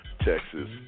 Texas